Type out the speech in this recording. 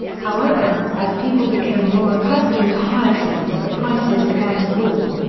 however, as people became more accustomed to hyacinths the prices began to fall.